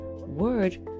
word